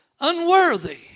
unworthy